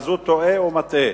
אז הוא טועה ומטעה.